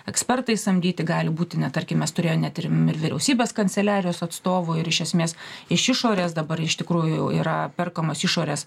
ekspertai samdyti gali būti net tarkim mes turėję net ir vyriausybės kanceliarijos atstovų ir iš esmės iš išorės dabar iš tikrųjų jau yra perkamas išorės